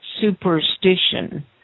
Superstition